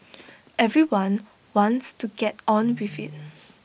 everyone wants to get on with IT